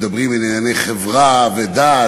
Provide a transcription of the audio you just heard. מדברים על ענייני חברה ודת,